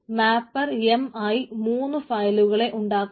mapper m ആയി മൂന്നു ഫയലുകളെ ഉണ്ടാക്കുന്നു